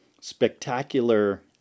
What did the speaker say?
spectacular